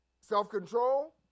Self-control